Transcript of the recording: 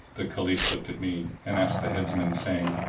the caliph looked at me and asked the heads man, saying,